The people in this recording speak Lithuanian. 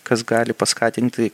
kas gali paskatinti